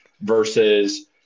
versus